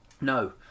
No